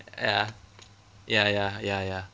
ya ya ya ya ya